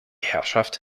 herrschaft